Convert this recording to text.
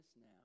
now